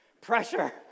Pressure